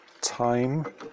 time